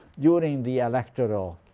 during the electoral